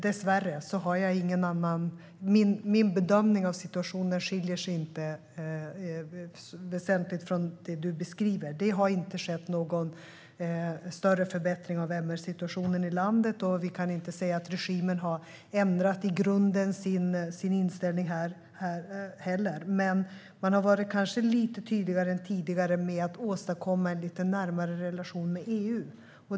Dessvärre skiljer sig inte min bedömning av situationen väsentligt från det du beskriver. Det har inte skett någon större förbättring av MR-situationen i landet, och vi kan inte säga att regimen i grunden har ändrat sin inställning. Men man har kanske varit lite tydligare än tidigare med att åstadkomma en lite närmare relation med EU.